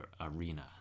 arena